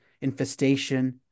infestation